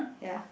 ya